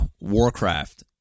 Warcraft